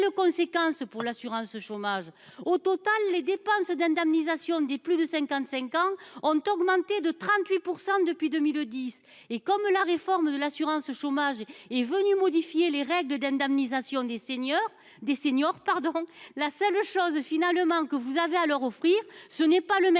conséquences pour l'assurance chômage. Au total, les dépenses d'indemnisation des plus de 55 ans ont augmenté de 38% depuis 2010 et comme la réforme de l'assurance chômage est venu modifier les règles d'indemnisation des seniors, des seniors, pardon. La seule chose finalement que vous avez à leur offrir ce n'est pas le